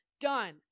done